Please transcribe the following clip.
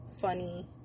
funny